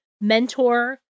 mentor